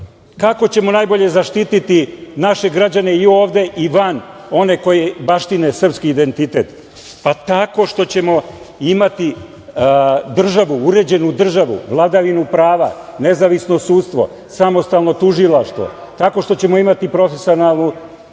Kako ćemo najbolje zaštiti naše građane i ovde i van, one koji baštine srpski identitet? Pa, tako što ćemo imati uređenu državu, vladavinu prava, nezavisno sudstvo, samostalno tužilaštvo, tako što ćemo imati profesionalnu